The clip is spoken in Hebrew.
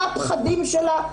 מה הפחדים שלה.